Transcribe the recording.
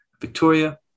Victoria